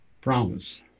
promise